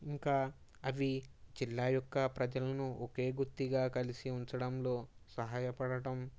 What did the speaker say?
ఇంకా అవి జిల్లా యొక్క ప్రజలను ఒకే గుత్తిగా కలిసి ఉండడంలో సహాయపడడం